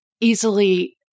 easily